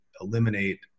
eliminate